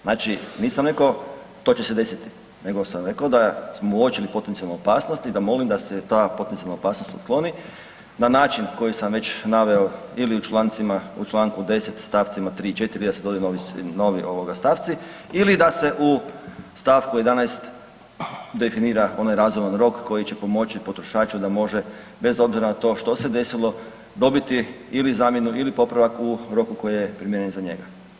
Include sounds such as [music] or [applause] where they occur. Znači, nisam rekao to će se desiti nego sam rekao da smo uočili potencijalnu opasnost i da molim da se ta potencijalna opasnost ukloni na način na koji sam već naveo ili u čl. 10. u stavcima 3. i 4., … [unintelligible] jedni novi stavci ili da se u stavku 11. definira onaj razuman rok koji će pomoći potrošaču da može bez obzira na to što se desilo, dobiti ili zamjenu ili popravak u roku u koji je primjeren za njega.